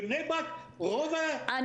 בבני ברק רוב הנדבקים הם ילדים, הם צעירים.